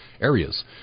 areas